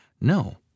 No